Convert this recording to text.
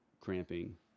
cramping